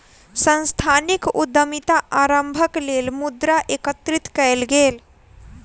सांस्थानिक उद्यमिता आरम्भक लेल मुद्रा एकत्रित कएल गेल